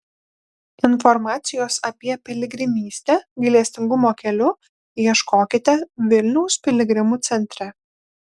informacijos apie piligrimystę gailestingumo keliu ieškokite vilniaus piligrimų centre